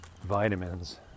vitamins